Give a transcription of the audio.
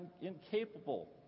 incapable